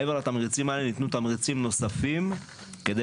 מעבר לתמריצים האלה ניתנו תמריצים נוספים כדי